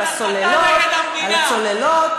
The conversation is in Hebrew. על הצוללות,